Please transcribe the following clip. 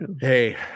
hey